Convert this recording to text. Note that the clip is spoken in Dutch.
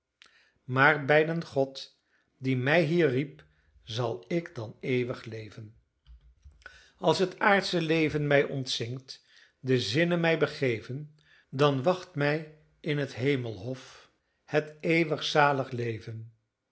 maar bij den god die mij hier riep zal ik dan eeuwig leven als t aardsche leven mij ontzinkt de zinnen mij begeven dan wacht mij in het hemelhof het eeuwig zalig leven